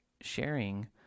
sharing